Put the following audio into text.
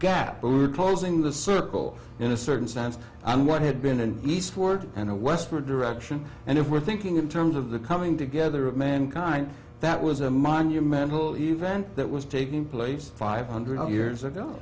gap but we were closing the circle in a certain sense i mean what had been an eastward and a westward direction and if we're thinking in terms of the coming together of mankind that was a monumental event that was taking place five hundred years ago